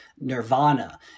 Nirvana